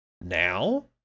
Now